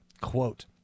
Quote